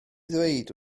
ddweud